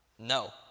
No